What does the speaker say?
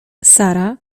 sara